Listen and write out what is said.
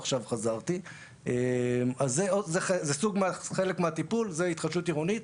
אם כן, חלק מהטיפול זה התחדשות עירונית.